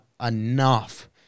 enough